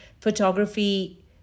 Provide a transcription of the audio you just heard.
photography